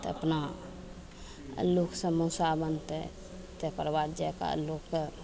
तऽ अपना आलूके समोसा बनतय तै पर बाद जाके आलूके